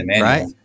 right